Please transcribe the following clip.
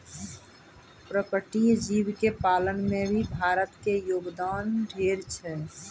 पर्पटीय जीव के पालन में भी भारत के योगदान ढेर छै